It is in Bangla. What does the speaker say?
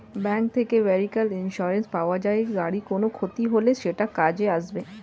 ব্যাঙ্ক থেকে ভেহিক্যাল ইন্সুরেন্স পাওয়া যায়, গাড়ির কোনো ক্ষতি হলে সেটা কাজে আসবে